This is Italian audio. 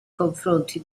confronti